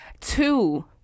two